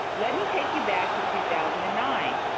let me take you back to two thousand and nine.